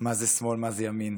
מה זה שמאל, מה זה ימין.